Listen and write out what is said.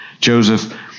Joseph